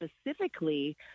specifically